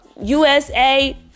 USA